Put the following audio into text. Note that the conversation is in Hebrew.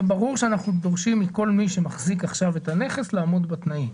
ברור שאנחנו דורשים מכל מי שמחזיק עכשיו את הנכס לעמוד בתנאים.